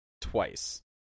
twice